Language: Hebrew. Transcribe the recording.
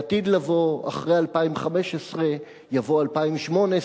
בעתיד לבוא, אחרי 2015 יבוא 2018,